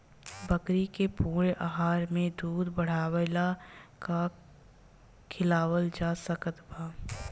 बकरी के पूर्ण आहार में दूध बढ़ावेला का खिआवल जा सकत बा?